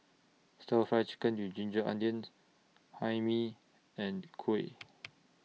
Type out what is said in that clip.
Stir Fried Chicken with Ginger Onions Hae Mee and Kuih